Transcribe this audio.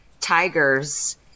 tigers